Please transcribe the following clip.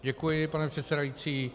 Děkuji, pane předsedající.